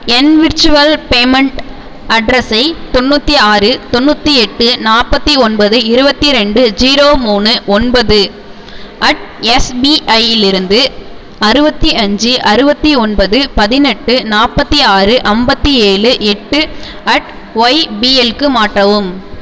என் virtual payment அட்ரஸை தொண்ணூற்றி ஆறு தொண்ணூற்றி எட்டு நாற்பத்தி ஒன்பது இருபத்தி ரெண்டு ஜீரோ மூணு ஒன்பது அட் எஸ்பிஐயிலிருந்து அறுபத்தி அஞ்சு அறுபத்தி ஒன்பது பதினெட்டு நாற்பத்தி ஆறு ஐம்பத்தி ஏழு எட்டு அட் ஒய்பிஎல்க்கு மாற்றவும்